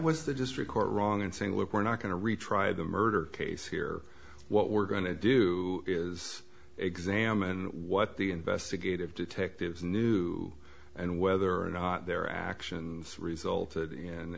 was the district court wrong in saying look we're not going to retry the murder case here what we're going to do is examine what the investigative detectives knew and whether or not their actions resulted in